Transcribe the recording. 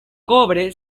cobre